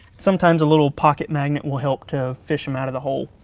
sometimes a little pocket magnet will help to fish them out of the hole.